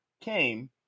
came